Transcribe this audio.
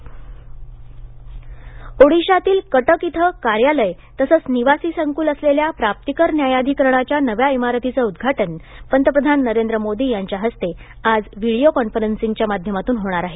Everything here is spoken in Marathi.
प्राप्तीकर न्यायाधिकरण ओडीशातील कटक इथं कार्यालय तसेच निवासी संकुल असलेल्या प्राप्तीकर न्यायाधिकरणाच्या नव्या इमारतीचं उद्घाटन पंतप्रधान नरेंद्र मोदी यांच्या हस्ते आज व्हिडीओ कॉन्फरंसिंगच्या माध्यमातून होणार आहे